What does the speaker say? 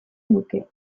nuke